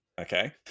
Okay